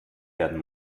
werden